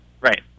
Right